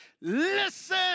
listen